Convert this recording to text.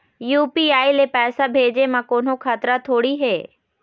UPI ले पैसे भेजे म कोन्हो खतरा थोड़ी हे?